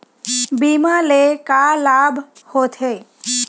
बीमा ले का लाभ होथे?